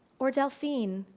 or delphine,